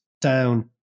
down